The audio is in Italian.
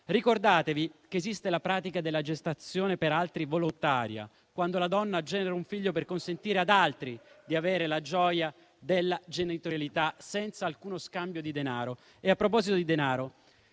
Ricordatevi che esiste la pratica della gestazione per altri volontaria, quando la donna genera un figlio per consentire ad altri di avere la gioia della genitorialità senza alcuno scambio di denaro.